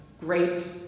great